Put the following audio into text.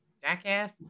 Jackass